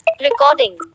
Recording